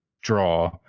draw